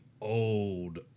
old